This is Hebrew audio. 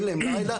אין להם לילה,